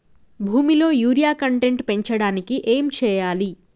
భూమిలో urea content పెంచడానికి ఏం చేయాలి?